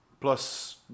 plus